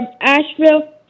Asheville